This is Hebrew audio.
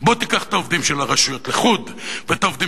בוא תיקח את העובדים של הרשויות לחוד ואת העובדים